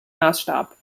maßstab